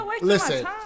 listen